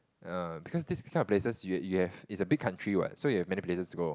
err because this kind of places you have you have is a big country what so have many places to go